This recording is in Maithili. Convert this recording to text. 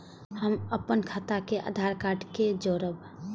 हम अपन खाता के आधार कार्ड के जोरैब?